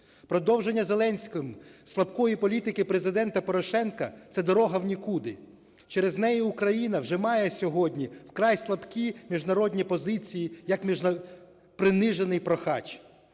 Продовження Зеленським слабкої політики Президента Порошенка – це дорога в нікуди, через неї Україна вже має сьогодні вкрай слабкі міжнародні позиції як принижений прохач.